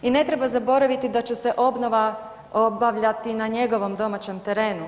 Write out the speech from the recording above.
I ne treba zaboraviti da će se obnova obavljati na njegovom domaćem terenu.